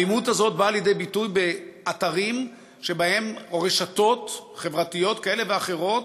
האלימות הזאת באה לידי ביטוי באתרים או ברשתות חברתיות כאלה ואחרות,